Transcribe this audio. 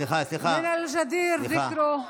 כבוד היו"ר, שמתרגמים,